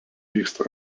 vyksta